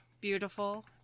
beautiful